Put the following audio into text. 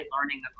learning